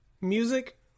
music